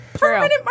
Permanent